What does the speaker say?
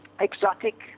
exotic